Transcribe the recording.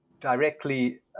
directly